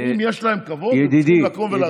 אם יש להם כבוד, הם צריכים לקום ולעזוב.